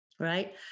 right